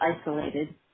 isolated